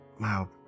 wow